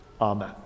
amen